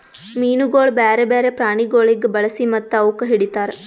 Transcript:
ಮೀನುಗೊಳ್ ಬ್ಯಾರೆ ಬ್ಯಾರೆ ಪ್ರಾಣಿಗೊಳಿಗ್ ಬಳಸಿ ಮತ್ತ ಅವುಕ್ ಹಿಡಿತಾರ್